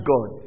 God